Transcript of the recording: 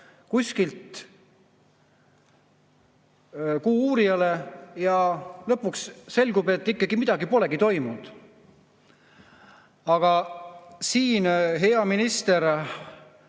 kaebavad "Kuuuurijale" ja lõpuks selgub, et ikkagi midagi pole toimunud. Aga siit, hea minister,